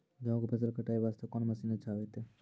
गेहूँ के फसल कटाई वास्ते कोंन मसीन अच्छा होइतै?